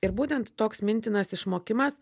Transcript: ir būtent toks mintinas išmokimas